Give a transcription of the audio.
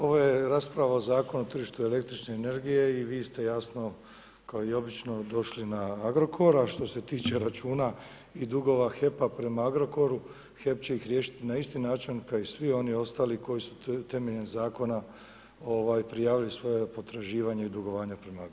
Ovo je rasprava o Zakonu o tržištu električne energije i vi ste jasno, kao i obično došli na Agrokor, a što ste tiče računa i dugova HEP-a prema Agrokoru, HEP će ih riješiti na isti način kao i svi oni ostali koji su temeljem zakona prijavili svoja potraživanja i dugovanja prema Agrokoru.